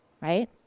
Right